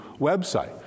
website